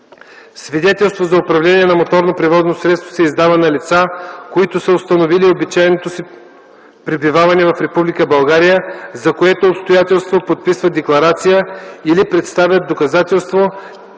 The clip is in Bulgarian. Свидетелство за управление на моторно превозно средство се издава на лица, които са установили обичайното си пребиваване в Република България, за което обстоятелство подписват декларация или представят доказателство,